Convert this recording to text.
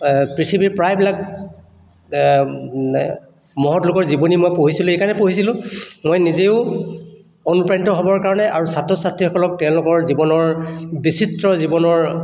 পৃথিৱীৰ প্ৰায়বিলাক মহৎ লোকৰ জীৱনী মই পঢ়িছিলোঁ এই কাৰণেই পঢ়িছিলো মই নিজেও অনুপ্ৰাণিত হ'বৰ কাৰণে আৰু ছাত্ৰ ছাত্ৰীসকলক তেওঁলোকৰ জীৱনৰ বিচিত্ৰ জীৱনৰ